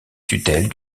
tutelle